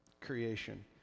creation